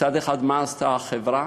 מצד אחד, מה עשתה החברה?